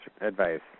advice